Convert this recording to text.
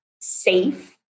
safe